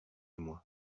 moi